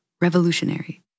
revolutionary